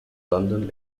london